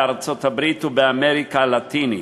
בארצות-הברית ובאמריקה הלטינית.